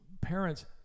parents